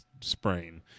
sprain